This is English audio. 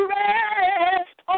rest